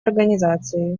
организации